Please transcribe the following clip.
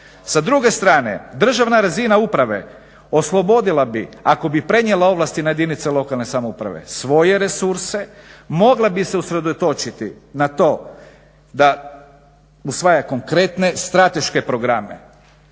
Sa druge strane, državna razina uprave oslobodila bi ako bi prenijela ovlasti na jedinice lokalne samouprave svoje resurse, mogla bi se usredotočiti na to da usvaja konkretne strateške programe,